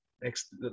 Next